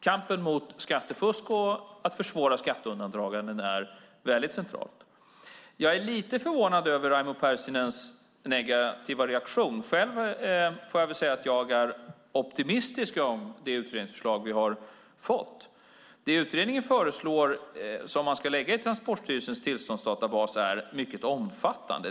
Kampen mot skattefusk och att försvåra skatteundandraganden är centralt. Jag är lite förvånad över Raimo Pärssinens negativa reaktion. Jag är optimistisk när det gäller det utredningsförslag som vi har fått. Det som utredningen föreslår att man ska lägga i Transportstyrelsens tillståndsdatabas är mycket omfattande.